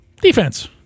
defense